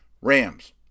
Rams